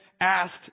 asked